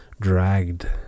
dragged